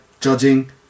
judging